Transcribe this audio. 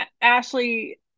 Ashley